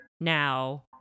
now